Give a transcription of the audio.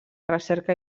recerca